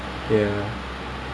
ah feel ah feel